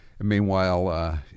Meanwhile